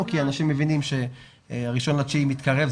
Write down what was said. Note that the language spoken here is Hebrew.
כי אנשים מבינים שה-1 בספטמבר מתקרב,